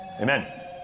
Amen